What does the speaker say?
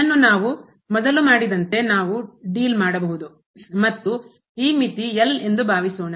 ಇದನ್ನು ನಾವು ಮೊದಲು ಮಾಡಿದಂತೆ ನಾವು deal ಮಾಡಬಹುದು ಮತ್ತು ಈ ಮಿತಿ L ಎಂದು ಭಾವಿಸೋಣ